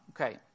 Okay